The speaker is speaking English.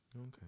Okay